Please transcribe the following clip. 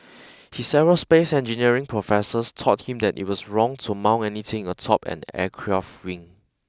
his aerospace engineering professors taught him that it was wrong to mount anything atop an aircraft wing